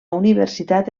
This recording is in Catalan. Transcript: universitat